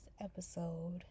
episode